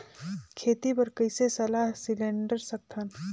खेती बर कइसे सलाह सिलेंडर सकथन?